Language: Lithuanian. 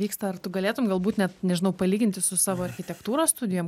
vyksta ar tu galėtum galbūt net nežinau palyginti su savo architektūros studijom